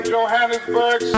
Johannesburg